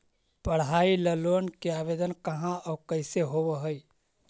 पढाई ल लोन के आवेदन कहा औ कैसे होब है?